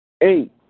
Eight